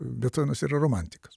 betovenas yra romantikas